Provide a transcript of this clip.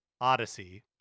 Odyssey